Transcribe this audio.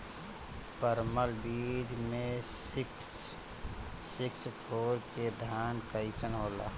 परमल बीज मे सिक्स सिक्स फोर के धान कईसन होला?